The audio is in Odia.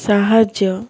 ସାହାଯ୍ୟ